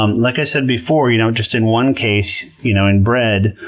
um like i said before, you know just in one case, you know in bread,